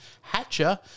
Hatcher